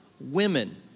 women